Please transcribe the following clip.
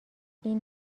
این